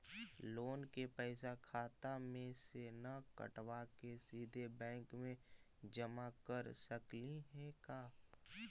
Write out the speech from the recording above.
Loan के पैसा खाता मे से न कटवा के सिधे बैंक में जमा कर सकली हे का?